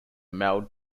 male